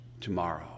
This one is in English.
tomorrow